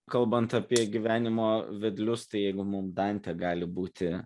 kalbant apie gyvenimo vedlius tai jeigu mum dantė gali būt